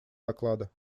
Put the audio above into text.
доклада